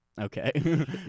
okay